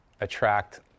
attract